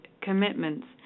commitments